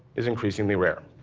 is increasingly rare.